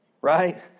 right